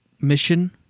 mission